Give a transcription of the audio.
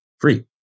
free